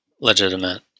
legitimate